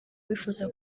wifuza